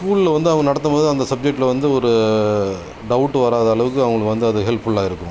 ஸ்கூலில் வந்து அவங்க நடத்தும்போது அந்த சப்ஜெக்ட்லடில் வந்து ஒரு டவுட் வராத அளவுக்கு அவங்களுக்கு வந்து அது ஹெல்ப்ஃபுல்லா இருக்கும்